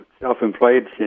self-employed